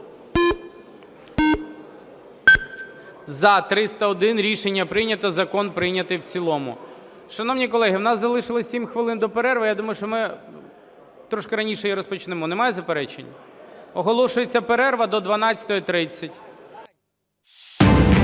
За-301 Рішення прийнято. Закон прийнятий в цілому. Шановні колеги, в нас залишилось 7 хвилин до перерви, я думаю, що ми трошки раніше її розпочнемо. Немає заперечень? Оголошується перерва до 12:30.